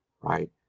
right